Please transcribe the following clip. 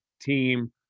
team